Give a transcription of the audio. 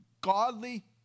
godly